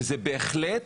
וזה בהחלט